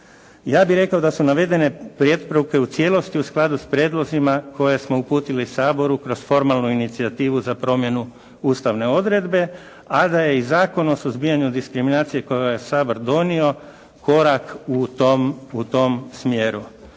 Ja bih rekao da su navedene preporuke u cijelosti u skladu s prijedlozima koje smo uputili Saboru kroz formalnu inicijativu za promjenu ustavne odredbe, a da je i Zakon o suzbijanju diskriminacije koju je Sabor donio korak u tom smjeru.